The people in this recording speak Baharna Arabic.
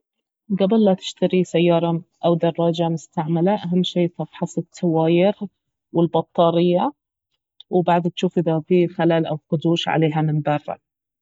قبل لا تشتري سيارة او دراجة مستعملة اهم شي تفحص التواير والبطارية وبعد تجوف اذا في خلل او خدوش عليها من برا